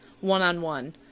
one-on-one